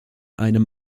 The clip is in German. einem